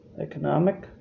Economic